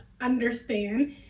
understand